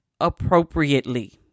appropriately